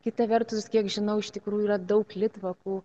kita vertus kiek žinau iš tikrųjų yra daug litvakų